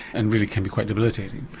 and really can be quite debilitating.